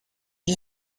you